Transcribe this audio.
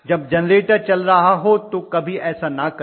जब जेनरेटर चल रहा हो तो कभी ऐसा न करें